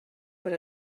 per